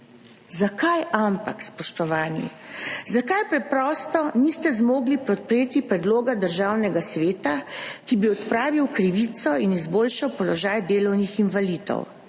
Zakaj ampak, spoštovani? Zakaj preprosto niste zmogli podpreti predloga Državnega sveta, ki bi odpravil krivico in izboljšal položaj delovnih invalidov?